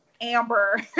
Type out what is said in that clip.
Amber